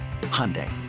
Hyundai